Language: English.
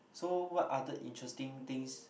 so what other interesting things